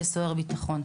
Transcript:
כסוהר ביטחון.